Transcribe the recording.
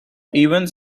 events